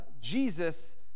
Jesus